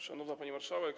Szanowna Pani Marszałek!